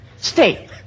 stay